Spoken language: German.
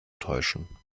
täuschen